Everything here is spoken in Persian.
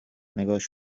نگاش